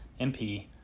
MP